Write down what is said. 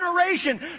generation